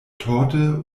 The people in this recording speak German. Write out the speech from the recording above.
torte